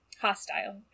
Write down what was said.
hostile